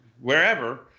wherever